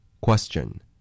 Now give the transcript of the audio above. Question